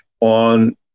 on